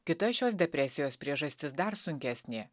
kita šios depresijos priežastis dar sunkesnė